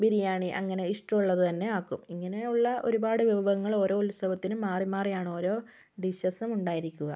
ബിരിയാണി അങ്ങനെ ഇഷ്ടമുള്ളത് തന്നെ ആക്കും ഇങ്ങനെയുള്ള ഒരുപാട് വിഭവങ്ങൾ ഓരോ ഉത്സവത്തിനും മാറി മാറിയാണ് ഓരോ ഡിഷസും ഉണ്ടായിരിക്കുക